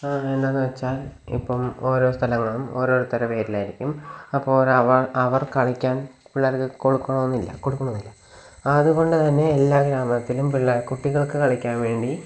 എന്താണെന്നുവച്ചാല് ഇപ്പോള് ഓരോ സ്ഥലങ്ങളും ഓരോരുത്തരെ പേരിലായിരിക്കും അപ്പോരവാ അവര് കളിക്കാന് പിള്ളേര്ക്ക് കൊടുക്കണമെന്നില്ല കൊടുക്കണമെന്നില്ല അതുകൊണ്ട്തന്നെ എല്ലാ ഗ്രാമത്തിലും കുട്ടികള്ക്ക് കളിക്കാന് വേണ്ടി